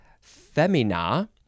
femina